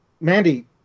Mandy